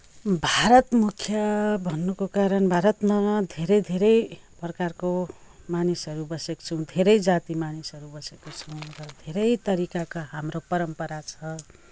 भारत मुख्य भन्नुको कारण भारतमा धेरै धेरै प्रकारको मानिसहरू बसेका छौँ धेरै जाति मानिसहरू बसेका छौँ र धेरै तरिकाका हाम्रो परम्परा छ